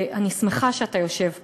ואני שמחה שאתה יושב כאן,